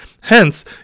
Hence